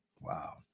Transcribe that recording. Wow